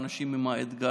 האנשים עם האתגרים,